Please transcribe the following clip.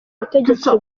ubutegetsi